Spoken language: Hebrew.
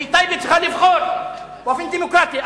כי טייבה צריכה לבחור באופן דמוקרטי.